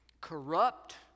corrupt